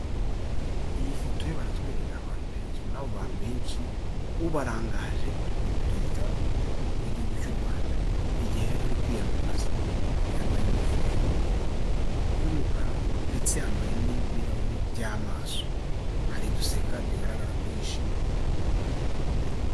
Iyi foto yo baratwereka abantu benshi muri abo bantu benshi ubarangaje ni perezida w'igihugu cy'u Rwanda igihe yari ari kwiyamamaza yambaye ingofero y'umukara ndetse yambaye n'ibirahuri by'amaso ari guseka bigaragara ko yishimye.